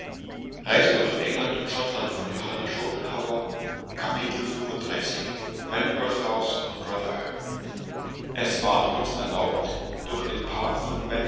und rotherham es ward uns erlaubt durch den park von